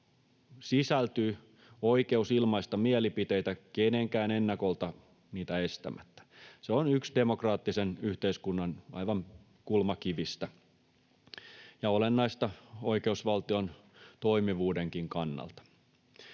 sisältyy oikeus ilmaista mielipiteitä kenenkään ennakolta niitä estämättä. Se on yksi demokraattisen yhteiskunnan aivan kulmakivistä ja olennaista oikeusvaltion toimivuudenkin kannalta.